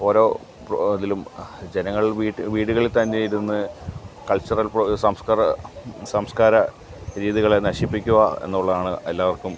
ഓരോ ഇതിലും ജനങ്ങൾ വീട്ട് വീടുകളിൽ തന്നെ ഇരുന്ന് കൾച്ചറൽ സാംസ്കാര സംസ്കാരരീതികളെ നശിപ്പിക്കുക എന്നുള്ളതാണ് എല്ലാവർക്കും